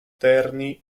terni